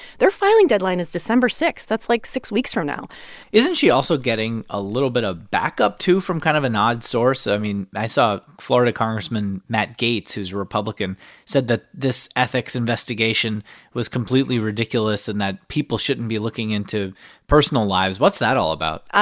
their filing deadline is december six. that's, like, six weeks from now isn't she also getting a little bit of backup, too, from kind of an odd source? i mean, i saw florida congressman matt gaetz, who's a republican said that this ethics investigation was completely ridiculous and that people shouldn't be looking into personal lives. what's that all about?